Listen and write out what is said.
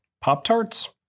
Pop-Tarts